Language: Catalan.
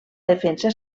defensa